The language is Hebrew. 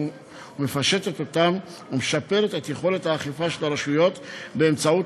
מפשטת אותם ומשפרת את יכולת האכיפה של הרשויות באמצעות